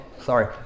sorry